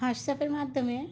হোয়াটসঅ্যাপের মাধ্যমে